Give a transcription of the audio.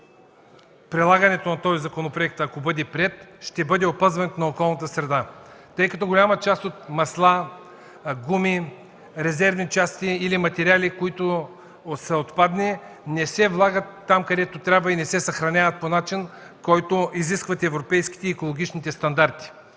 от прилагането на този законопроект, ако бъде приет, ще бъде опазването на околната среда, тъй като голяма част от маслата, гумите, резервните части или материалите, които са отпадни, не се влагат там, където трябва и не се съхраняват по начин, който изискват европейските и екологичните стандарти.